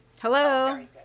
Hello